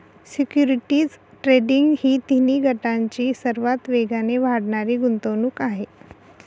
securities trading ही तिन्ही गटांची सर्वात वेगाने वाढणारी गुंतवणूक आहे